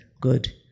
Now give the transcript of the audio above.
good